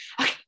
okay